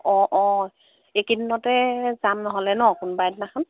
অঁ অঁ এইকেইদিনতে যাম নহ'লে ন কোনোবা এদিনাখন